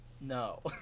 No